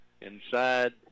Inside